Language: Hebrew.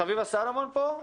חביבה סלומון פה?